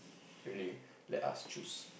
really let us choose